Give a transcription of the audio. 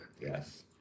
Yes